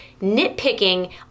nitpicking